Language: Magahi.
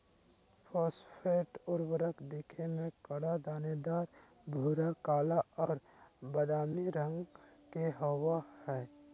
फॉस्फेट उर्वरक दिखे में कड़ा, दानेदार, भूरा, काला और बादामी रंग के होबा हइ